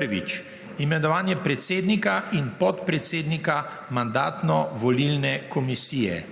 1. Imenovanje predsednika in podpredsednika Mandatno-volilne komisije,